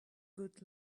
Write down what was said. good